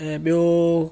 ऐं बि॒यो